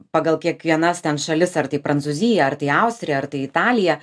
pagal kiekvienas ten šalis ar tai prancūzija ar tai austrija ar tai italija